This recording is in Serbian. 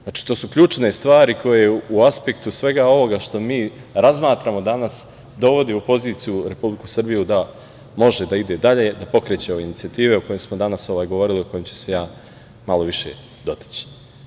Znači, to su ključne stvari koje u aspektu svega ovoga što mi razmatramo danas dovodi u poziciju Republiku Srbiju da može da ide dalje, a pokreće ove inicijative o kojima smo danas govorili, o kojima ću se ja malo više dotaći.